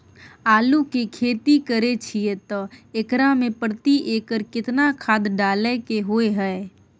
आलू के खेती करे छिये त एकरा मे प्रति एकर केतना खाद डालय के होय हय?